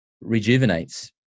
rejuvenates